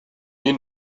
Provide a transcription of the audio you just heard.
این